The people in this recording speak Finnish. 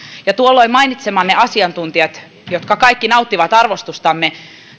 ja tuolloin mainitsemanne asiantuntijat jotka kaikki nauttivat arvostustamme